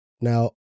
Now